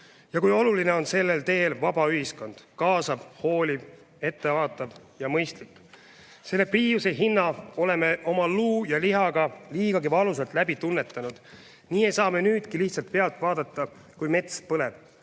Ja kui oluline on sellel teel vaba ühiskond – kaasav, hooliv, ettevaatav ja mõistlik. Selle priiuse hinna oleme oma luu ja lihaga liigagi valusalt läbi tunnetanud. Nii ei saa me nüüdki lihtsalt pealt vaadata, kui mets põleb.